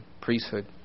priesthood